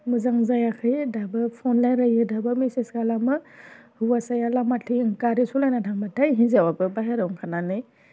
मोजां जायाखै दाबो फन रायलायो दाबो मेसेज खालामो हौवासाया लामाथिं गारि सालायना थांबाथाय हिनजावाबो बाहेरायाव ओंखारनानै